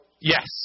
Yes